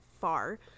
far